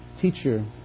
teacher